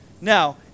now